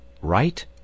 right